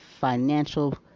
financial